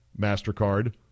MasterCard